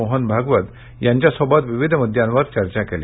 मोहन भागवत यांच्याशी विविध मुद्द्यांवर चर्चा केली